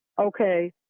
Okay